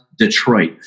Detroit